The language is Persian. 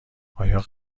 آیا